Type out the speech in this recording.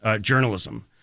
journalism